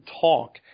talk